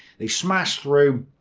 they smash through,